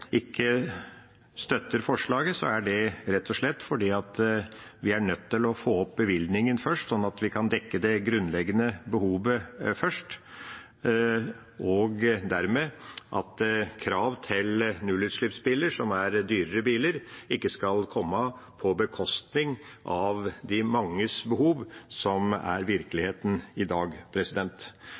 ikke støtter forslaget, er det rett og slett fordi vi er nødt til å få opp bevilgningen først, slik at vi kan dekke det grunnleggende behovet først, og dermed at krav til nullutslippsbiler, som er dyrere biler, ikke skal komme på bekostning av de manges behov, som er virkeligheten i dag.